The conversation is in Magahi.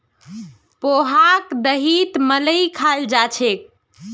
पोहाक दहीत मिलइ खाल जा छेक